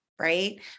Right